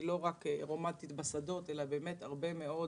היא לא רק רומנטית בשדות אלא באמת הרבה מאוד